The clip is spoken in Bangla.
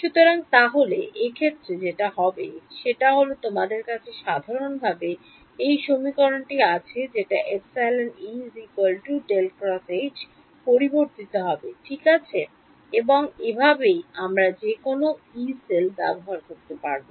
সুতরাং তাহলে এ ক্ষেত্রে যেটা হবে সেটা হল তোমাদের কাছে সাধারণভাবে এই সমীকরণটি আছে যেটা পরিবর্তিত হবে ঠিক আছে এবং এভাবেই আমরা যেকোনো Yee Cell ব্যবহার করতে পারব